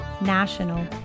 national